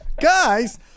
Guys